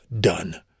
done